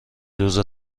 روزا